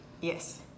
Yes